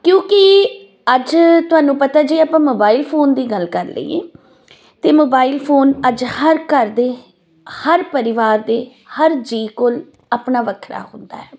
ਕਿਉਂਕਿ ਅੱਜ ਤੁਹਾਨੂੰ ਪਤਾ ਜੇ ਆਪਾਂ ਮੋਬਾਈਲ ਫੋਨ ਦੀ ਗੱਲ ਕਰ ਲਈਏ ਤਾਂ ਮੋਬਾਈਲ ਫੋਨ ਅੱਜ ਹਰ ਘਰ ਦੇ ਹਰ ਪਰਿਵਾਰ ਦੇ ਹਰ ਜੀਅ ਕੋਲ ਆਪਣਾ ਵੱਖਰਾ ਹੁੰਦਾ ਹੈ